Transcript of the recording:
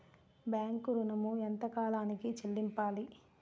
Bank ఋణం ఎంత కాలానికి చెల్లింపాలి?